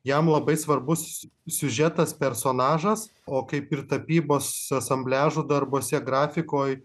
jam labai svarbus siužetas personažas o kaip ir tapybos asambliažų darbuose grafikoj